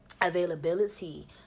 availability